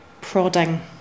prodding